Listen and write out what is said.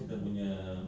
ah okay okay